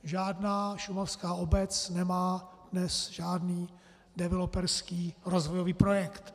Žádná šumavská obec nemá dnes žádný developerský rozvojový projekt.